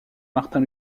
martin